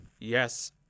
Yes